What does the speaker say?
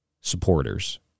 supporters